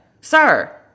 sir